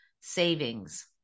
savings